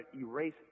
erase